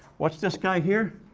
watch this guy here.